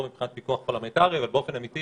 מבחינת פיקוח פרלמנטרי באופן אמיתי